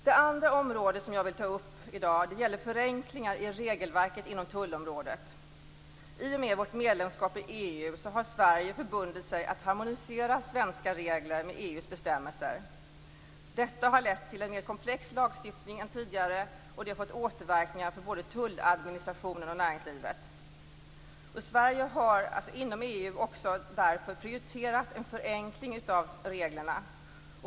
Det andra området jag vill ta upp i dag gäller förenklingar i regelverket inom tullområdet. I och med vårt medlemskap i EU har Sverige förbundit sig att harmonisera svenska regler med EU:s bestämmelser. Detta har lett till en mer komplex lagstiftning än tidigare, vilket har fått återverkningar för både tulladministrationen och näringslivet. Sverige har inom EU därför prioriterat en förenkling av reglerna.